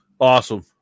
awesome